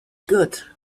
good